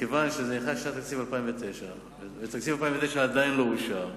מכיוון שזה נכנס לשנת התקציב 2009 ותקציב 2009 עדיין לא אושר,